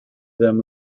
them